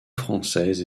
françaises